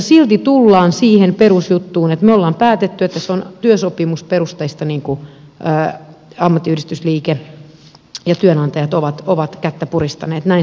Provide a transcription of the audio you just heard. silti tullaan siihen perusjuttuun että me olemme päättäneet että se on työsopimusperusteista niin kuin ammattiyhdistysliike ja työnantajat ovat kättä puristaneet näin se on